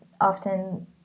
often